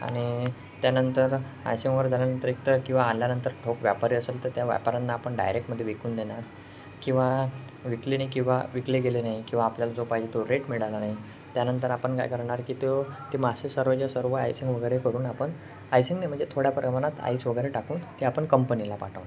आणि त्यानंतर आयसिंग वगैरे झाल्यानंतर एकतर किंवा आणल्यानंतर ठोक व्यापारी असेल तर त्या व्यापाऱ्यांना आपण डायरेक्टमध्ये विकून देणार किंवा विकली नाही किंवा विकले गेले नाही किंवा आपल्याला जो पाहिजे तो रेट मिळाला नाही त्यानंतर आपण काय करणार की तो ते मासे सर्वच्या सर्व आयसिंग वगैरे करून आपण आयसिंग म्हणजे थोड्या प्रमाणात आईस वगैरे टाकून ते आपण कंपनीला पाठवणार